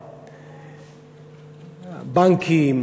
בנקים,